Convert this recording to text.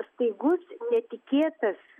staigus netikėtas